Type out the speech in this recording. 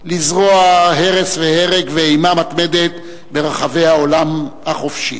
לזרוע הרס והרג ואימה מתמדת ברחבי העולם החופשי.